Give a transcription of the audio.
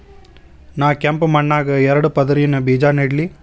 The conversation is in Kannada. ನಾ ಕೆಂಪ್ ಮಣ್ಣಾಗ ಎರಡು ಪದರಿನ ಬೇಜಾ ನೆಡ್ಲಿ?